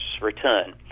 return